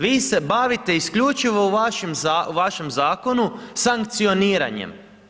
Vi se bavite isključivo u vašem zakonu sankcioniranjem.